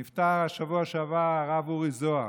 בשבוע שעבר נפטר הרב אורי זוהר.